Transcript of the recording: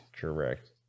Correct